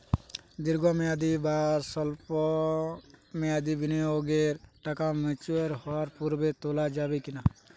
দীর্ঘ মেয়াদি বা সল্প মেয়াদি বিনিয়োগের টাকা ম্যাচিওর হওয়ার পূর্বে তোলা যাবে কি না?